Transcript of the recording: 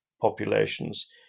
populations